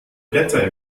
blätter